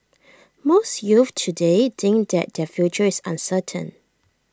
most youths today think that their future is uncertain